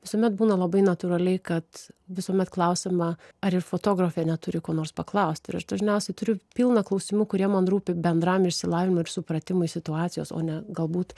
visuomet būna labai natūraliai kad visuomet klausiama ar ir fotografė neturi ko nors paklaust ir aš dažniausiai turiu pilną klausimų kurie man rūpi bendram išsilavinimui ir supratimui situacijos o ne galbūt